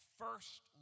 first